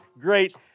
great